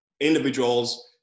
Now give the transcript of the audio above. individuals